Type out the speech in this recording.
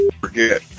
Forget